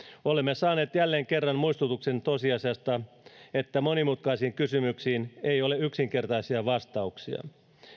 olemme saaneet jälleen kerran muistutuksen siitä tosiasiasta että monimutkaisiin kysymyksiin ei ole yksinkertaisia vastauksia